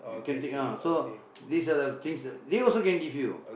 you can take ah so these are the things they also can give you